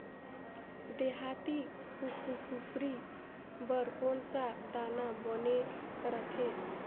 देहाती कुकरी बर कौन सा दाना बने रथे?